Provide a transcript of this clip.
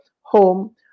home